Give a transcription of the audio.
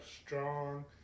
strong